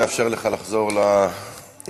נאפשר לך לחזור למקום.